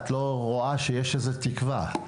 את לא רואה שיש לזה תקווה.